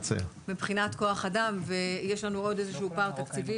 מבחינת כוח האדם יש לנו עוד איזשהו פער תקציבי,